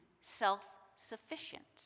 self-sufficient